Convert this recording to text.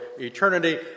eternity